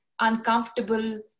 uncomfortable